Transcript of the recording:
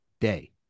day